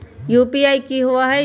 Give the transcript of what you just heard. UPI की होई?